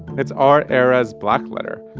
it's our era's blackletter.